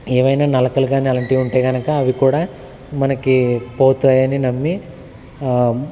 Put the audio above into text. ఏవైనా నలకలు కాని అలాంటివి ఉంటే కనుక అవి కూడా మనకి పోతాయని నమ్మి